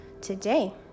today